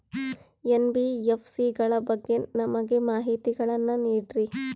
NBFC ಗಳ ಬಗ್ಗೆ ನಮಗೆ ಮಾಹಿತಿಗಳನ್ನ ನೀಡ್ರಿ?